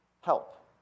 help